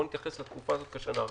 בוא נתייחס לתקופה הזאת כשנה הראשונה.